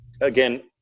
Again